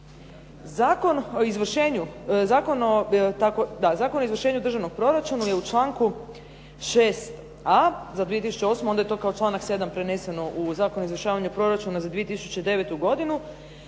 Zakon o izvršenju državnog proračuna je u članku 6a. za 2008. onda je to kao članak 7. preneseno u Zakon o izvršavanju Proračuna za 2009. godinu